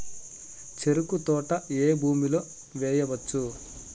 చెరుకు తోట ఏ భూమిలో వేయవచ్చు?